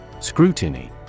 Scrutiny